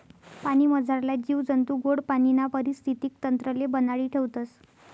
पाणीमझारला जीव जंतू गोड पाणीना परिस्थितीक तंत्रले बनाडी ठेवतस